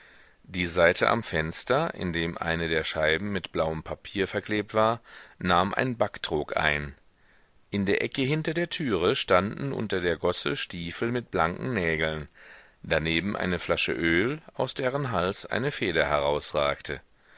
die seite am fenster in dem eine der scheiben mit blauem papier verklebt war nahm ein backtrog ein in der ecke hinter der türe standen unter der gosse stiefel mit blanken nägeln daneben eine flasche öl aus deren hals eine feder herausragte